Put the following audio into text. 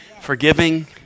forgiving